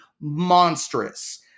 monstrous